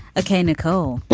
okay, nicole,